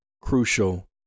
crucial